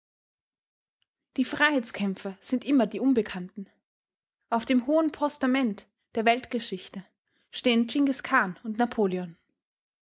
die freiheitskämpfer sind immer die unbekannten auf dem hohen postament der weltgeschichte stehen dschingis-khan und napoleon